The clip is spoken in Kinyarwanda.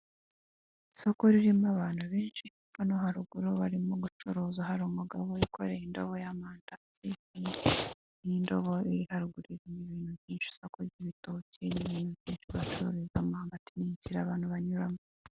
Isoko ririmo abantu benshi epfo no haruguru barimo gucuruza hari umugabo wikoreye indobo y'amandaazi kandi ikaba ari indobo nziza y'umweru iteye ubwuzu. Ikindi kandi muri rino soko harimo ibintu bitandukany nk'ibitoki ndetse harimo abacuruzi b'amambati ndetse harimo n'inzira abantu banyuramo.